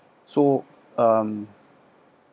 so um